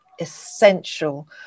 essential